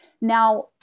Now